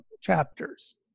chapters